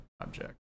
object